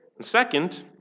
Second